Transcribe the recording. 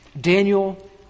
Daniel